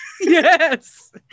Yes